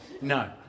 No